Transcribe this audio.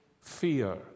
fear